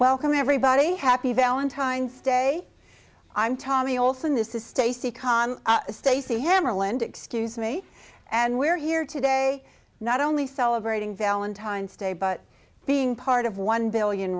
welcome everybody happy valentine's day i'm tommy olson this is stacy kahn stacy hammarlund excuse me and we're here today not only celebrating valentine's day but being part of one billion